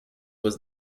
was